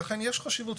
ולכן יש חשיבות.